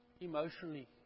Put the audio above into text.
emotionally